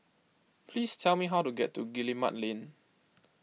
please tell me how to get to Guillemard Lane